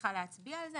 צריכה להצביע על זה.